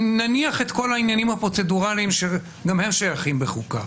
נניח את כל העניינים הפרוצדורליים שגם הם שייכים בחוקה,